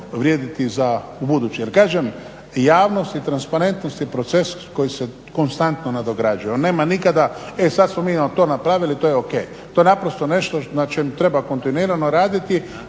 vrijediti ubuduće jer kažem javnost i transparentnost je proces koji se konstantno nadograđuje, on nema nikada "e sad smo mi to napravili, to je ok", to je naprosto nešto na čemu treba kontinuirano raditi